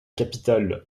capitale